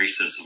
racism